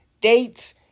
dates